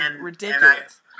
ridiculous